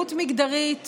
וזהות מגדרית